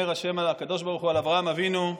אומר הקדוש ברוך הוא על אברהם אבינו,